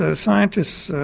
ah scientists ah